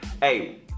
hey